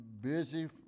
busy